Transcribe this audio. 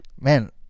Man